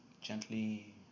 Gently